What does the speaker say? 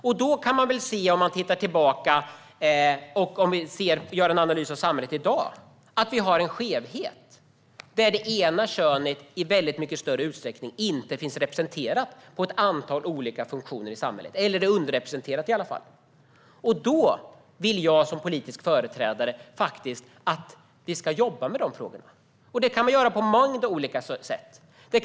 Om man ser tillbaka, och om man gör en analys av samhället i dag, kan man se att vi har en skevhet där det ena könet i större utsträckning inte finns representerat - eller i alla fall är underrepresenterat - på ett antal olika funktioner i samhället. Då vill jag som politisk företrädare att vi ska jobba med dessa frågor. Det kan man göra på en mängd olika sätt.